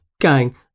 gang